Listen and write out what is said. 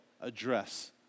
address